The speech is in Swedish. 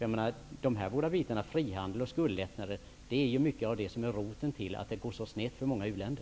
Avsaknaden av frihandel och skuldlättnader är till stor del roten till att det går så snett för många uländer.